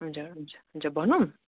हजुर हुन्छ हुन्छ भनौँ